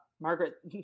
Margaret